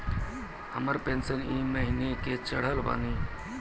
हमर पेंशन ई महीने के चढ़लऽ बानी?